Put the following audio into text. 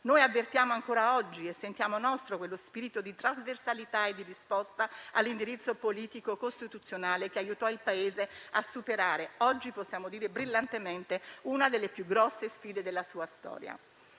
Noi avvertiamo ancora oggi e sentiamo nostro quello spirito di trasversalità e di risposta all'indirizzo politico costituzionale che aiutò il Paese a superare brillantemente - oggi possiamo dirlo - una delle più grandi sfide della sua storia.